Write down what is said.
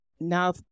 Now